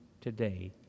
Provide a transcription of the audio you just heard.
today